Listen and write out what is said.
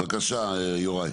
בבקשה, יוראי.